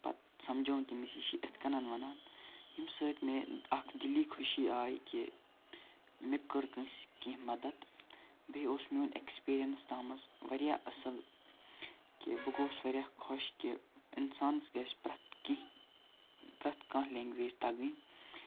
پتہٕ سَمجووُم تٔمِس یہِ چھُ یِتھ کنٮ۪ن وَنان ییٚمہِ سۭتۍ مےٚ اکھ دِلی خوشی آیہِ کہِ مےٚ کٔر کٲنٛسہِ کینٛہہ مَدد بیٚیہِ اوس میون ایٚکٕسپیرِیَنٕس تَتھ منٛز واریاہ اَصٕل کہِ بہٕ گووُس واریاہ خۄش کہِ اِنسانس گَژھِ پرٛٮ۪تھ کینٛہہ پرٛٮ۪تھ کانٛہہ لینٛگویج تَگٕنۍ